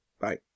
Bye